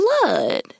blood